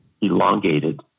elongated